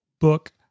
book